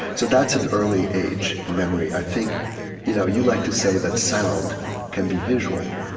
so that's an early-age memory. i think you know you like to say that sound can be visual.